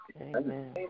Amen